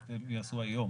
הם ייעשו היום